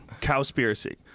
Cowspiracy